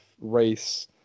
race